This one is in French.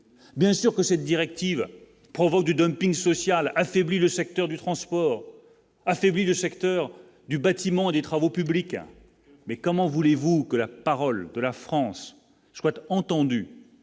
bien sûr que cette directive provoque du dumping social affaibli le secteur du transport affaibli le secteur du bâtiment et des travaux publics, mais comment voulez-vous que la parole de la France souhaite entendu